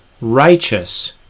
righteous